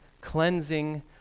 cleansing